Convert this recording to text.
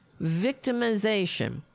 victimization